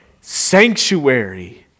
sanctuary